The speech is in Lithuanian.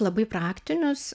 labai praktinius